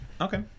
Okay